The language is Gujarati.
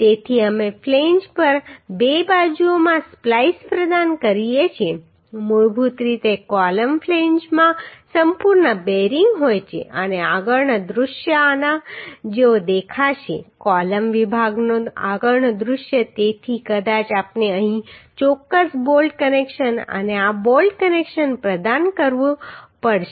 તેથી અમે ફ્લેંજ પર બે બાજુઓમાં સ્પ્લાઈસ પ્રદાન કરીએ છીએ મૂળભૂત રીતે કૉલમ ફ્લેંજમાં સંપૂર્ણ બેરિંગ હોય છે અને આગળનો દૃશ્ય આના જેવો દેખાશે કૉલમ વિભાગનો આગળનો દૃશ્ય તેથી કદાચ આપણે અહીં ચોક્કસ બોલ્ટ કનેક્શન અને આ બોલ્ટ કનેક્શન પ્રદાન કરવું પડશે